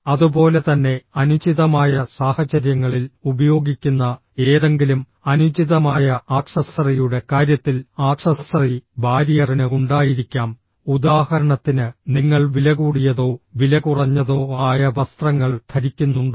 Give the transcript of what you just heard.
അതുപോലെ തന്നെ അനുചിതമായ സാഹചര്യങ്ങളിൽ ഉപയോഗിക്കുന്ന ഏതെങ്കിലും അനുചിതമായ ആക്സസറിയുടെ കാര്യത്തിൽ ആക്സസറി ബാരിയറിന് ഉണ്ടായിരിക്കാം ഉദാഹരണത്തിന് നിങ്ങൾ വിലകൂടിയതോ വിലകുറഞ്ഞതോ ആയ വസ്ത്രങ്ങൾ ധരിക്കുന്നുണ്ടോ